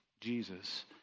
jesus